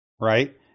Right